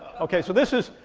okay, so this is,